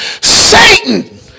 Satan